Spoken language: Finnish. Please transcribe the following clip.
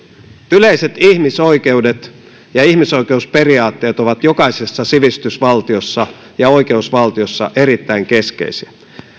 yleiset ihmisoikeudet ja ihmisoikeusperiaatteet ovat jokaisessa sivistysvaltiossa ja oikeusvaltiossa erittäin keskeisiä